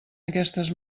aquestes